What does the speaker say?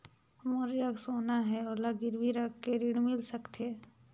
मोर जग सोना है ओला गिरवी रख के ऋण मिल सकथे?